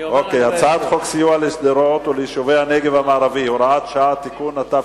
הצעת חוק סיוע לשדרות וליישובי הנגב המערבי (הוראת שעה) (תיקון),